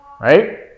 right